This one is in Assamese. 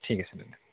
ঠিক আছে দাদা